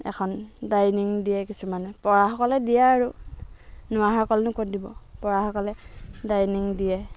এখন ডাইনিং দিয়ে কিছুমানে পৰাসকলে দিয়ে আৰু নোৱৰাসকলেনো ক'ত দিব পৰাসকলে ডাইনিং দিয়ে